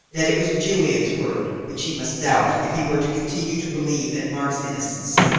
that it was juliet's word which he must doubt if he were to continue to believe in mark's innocence,